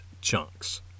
chunks